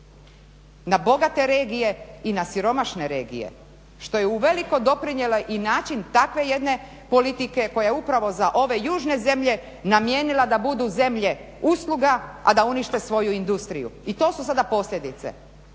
na bogate regije i na siromašne regije što je uveliko doprinijelo i način takve jedne politike koja je upravo za ove južne zemlje namijenila da budu zemlje usluga, a da unište svoju industriju. I to su sada posljedice.